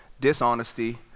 dishonesty